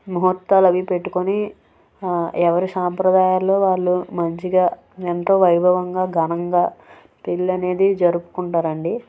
ముహూర్తాలవి పెట్టుకుని ఎవరి సాంప్రదాయాల్లో వాళ్ళు మంచిగా ఎంతో వైభవంగా ఘనంగా పెళ్లి అనేది జరుపుకుంటారండి